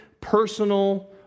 personal